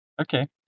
Okay